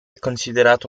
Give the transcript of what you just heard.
considerato